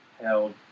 held